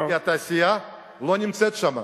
כי התעשייה לא נמצאת שם.